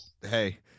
Hey